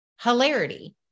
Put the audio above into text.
hilarity